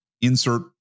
insert